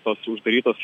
tos uždarytos